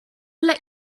let